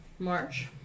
March